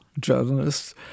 journalists